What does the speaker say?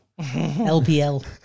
LPL